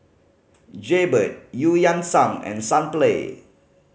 Jaybird Eu Yan Sang and Sunplay